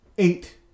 Eight